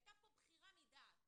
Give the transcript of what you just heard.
הייתה כאן בחירה מדעת.